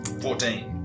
Fourteen